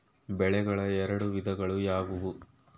ಬೆಳೆಗಳ ಎರಡು ವಿಧಗಳು ಯಾವುವು?